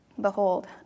Behold